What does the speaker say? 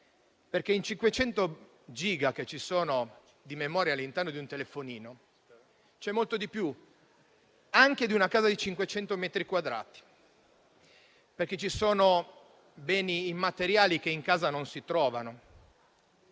perché in 500 giga di memoria all'interno di un telefonino c'è molto di più, anche di una casa di 500 metri quadrati. Questo perché ci sono beni immateriali che in casa non si trovano,